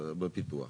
בפיתוח.